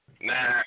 Nah